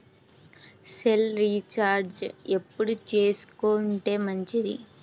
Cell recharge ఎప్పుడు చేసుకొంటే మంచిది?